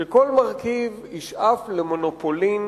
שכל מרכיב ישאף למונופולין